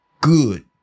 good